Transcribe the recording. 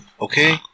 Okay